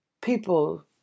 people